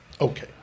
Okay